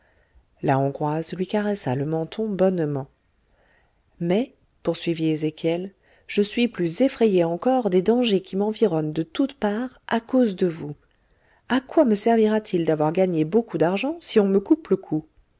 la hongroise lui caressa le menton bonnement mais poursuivit ezéchiel je suis plus effrayé encore des dangers qui m'environnent de toutes parts à cause de vous a quoi me servira-t-il d'avoir gagné beaucoup d'argent si on me coupe le cou